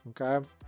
Okay